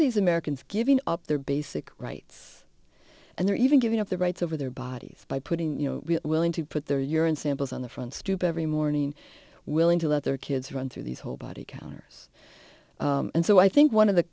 these americans giving up their basic rights and they're even giving up their rights over their bodies by putting you know willing to put their urine samples on the front stoop every morning willing to let their kids run through these whole body counters and so i think one of the